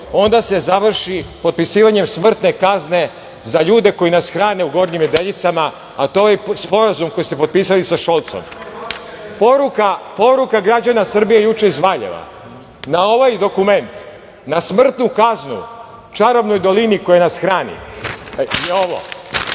onda se završi potpisivanjem smrtne kazne za ljude koji nas hrane u Gornjim Nedeljicama, a to je sporazum koji ste potpisali sa Šolcom. Poruka građana Srbije, juče iz Valjeva, na ovaj dokument na smrtnu kaznu, čarobnoj dolini koja nas hrani je ovo